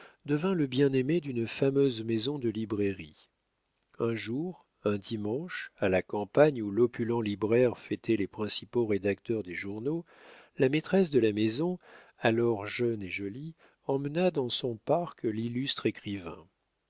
devint le bien-aimé d'une fameuse maison de librairie un jour un dimanche à la campagne où l'opulent libraire fêtait les principaux rédacteurs des journaux la maîtresse de la maison alors jeune et jolie emmena dans son parc l'illustre écrivain